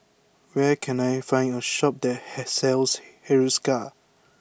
where can I find a shop that hey sells Hiruscar